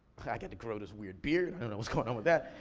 i got to grow this weird beard, i don't know what's going on with that.